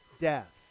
death